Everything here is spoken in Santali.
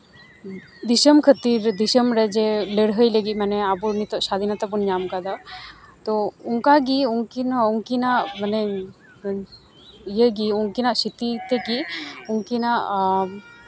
ᱫᱤᱥᱚᱢ ᱠᱷᱟᱹᱛᱤᱨ ᱫᱤᱥᱚᱢ ᱨᱮ ᱡᱮ ᱞᱟᱹᱲᱦᱟᱹᱭ ᱞᱟᱹᱜᱤᱫ ᱢᱟᱱᱮ ᱟᱵᱚ ᱱᱤᱛᱚᱜ ᱥᱟᱫᱷᱤᱱᱚᱛᱟ ᱵᱚᱱ ᱧᱟᱢ ᱠᱟᱫᱟ ᱛᱳ ᱚᱱᱠᱟᱜᱮ ᱩᱱᱠᱤᱱ ᱦᱚᱸ ᱩᱱᱠᱤᱱᱟᱜ ᱢᱟᱱᱮ ᱤᱭᱟᱹᱜᱮ ᱩᱱᱠᱤᱱᱟᱜ ᱥᱨᱤᱛᱤ ᱩᱱᱠᱤᱱᱟᱜ